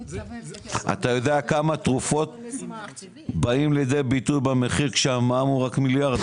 אתה יודע כמה תרופות באות לידי ביטוי כשהמע"מ הוא רק מיליארד,